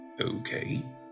Okay